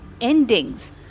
endings